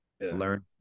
learn